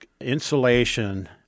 insulation